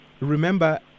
remember